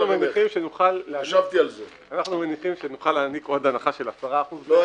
אנחנו מניחים שנוכל להעניק עוד הנחה של 10%. לא,